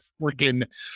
freaking